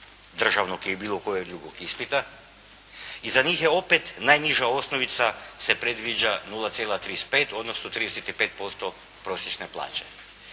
državnog ili bilo kojeg drugog ispita i za njih je opet najniža osnovica se predviđa 0,35 odnosno 35% prosječne plaće.